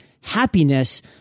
happiness